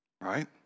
Right